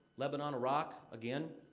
lebanon, iraq again,